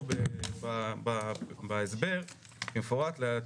כתוב בהסבר: " על